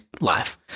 life